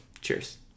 Cheers